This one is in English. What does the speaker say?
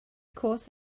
course